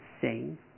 sing